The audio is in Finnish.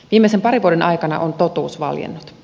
viimeisen parin vuoden aikana on totuus valjennut